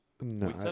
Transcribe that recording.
No